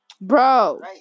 bro